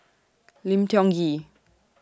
Lim Tiong Ghee